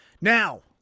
Now